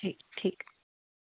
ਠੀਕ ਠੀਕ